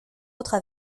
autres